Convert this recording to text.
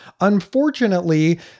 Unfortunately